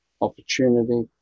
opportunity